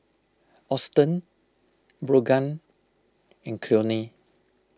Austen Brogan and Cleone